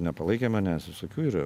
nepalaikė manęs visokių yra